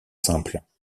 simples